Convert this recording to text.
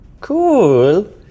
Cool